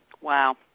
Wow